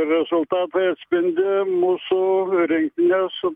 rezultatai atspindi mūsų reitingą su